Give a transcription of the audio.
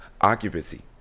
occupancy